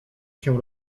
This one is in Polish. się